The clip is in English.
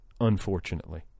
unfortunately